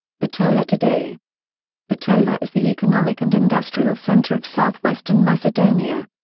bitola today bitola is the economic and industrial center of southwestern macedonia.